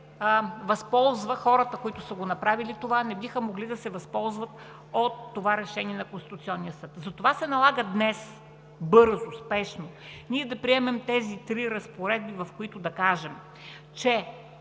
нататък, хората, които са направили това, не биха могли да се възползват от решението на Конституционния съд. Затова се налага днес бързо и спешно да приемем тези три разпоредби, в които да кажем, че